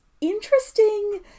interesting